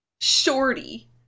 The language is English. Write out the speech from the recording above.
shorty